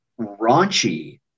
raunchy